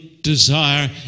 desire